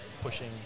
pushing